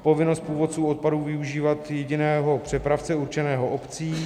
Povinnost původců odpadů využívat jediného přepravce určeného obcí.